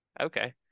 Okay